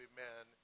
Amen